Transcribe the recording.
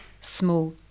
small